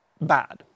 bad